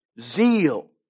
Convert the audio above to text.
Zeal